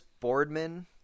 Boardman